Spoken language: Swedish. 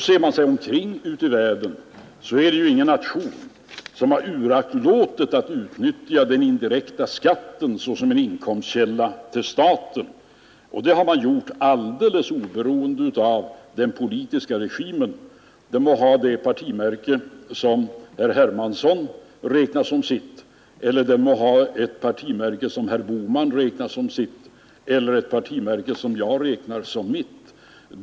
Ser man sig omkring ute i världen, finner man att ingen nation uraktlåtit att utnyttja den indirekta skatten såsom en inkomstkälla för staten. Det har man gjort alldeles oberoende av den politiska regimen — den må ha ett partimärke som herr Hermansson räknar som sitt, ett partimärke som herr Bohman räknar som sitt eller ett partimärke som jag räknar som mitt.